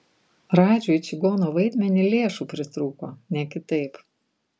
radžiui į čigono vaidmenį lėšų pritrūko ne kitaip